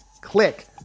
Click